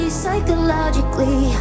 psychologically